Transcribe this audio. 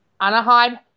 Anaheim